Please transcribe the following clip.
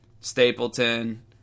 stapleton